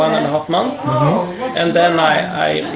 um and a half month and then i